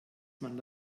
man